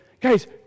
guys